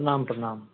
प्रणाम प्रणाम